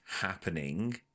happening